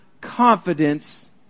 confidence